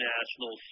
National